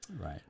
Right